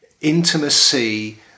intimacy